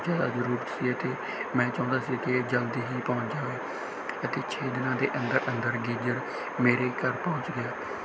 ਜ਼ਿਆਦਾ ਜ਼ਰੂਰਤ ਸੀ ਅਤੇ ਮੈਂ ਚਾਹੁੰਦਾ ਸੀ ਕਿ ਜਲਦੀ ਹੀ ਪਹੁੰਚ ਜਾਵੇ ਅਤੇ ਛੇ ਦਿਨਾਂ ਦੇ ਅੰਦਰ ਅੰਦਰ ਗੀਜਰ ਮੇਰੇ ਘਰ ਪਹੁੰਚ ਗਿਆ